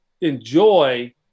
enjoy